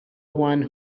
one